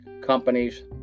companies